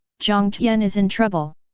jiang tian is in trouble!